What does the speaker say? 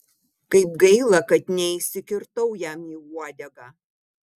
kaip gaila kad neįsikirtau jam į uodegą